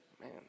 Man